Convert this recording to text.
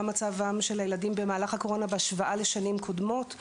מצבם של הילדים במהלך הקורונה בהשוואה לשנים קודמות.